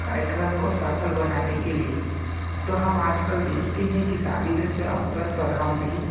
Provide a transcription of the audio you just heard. कार्यक्रम को सफल बनाने के लिए तो हम आजकल देखते है की शादी जैसे अवसर पर हम भी